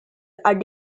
are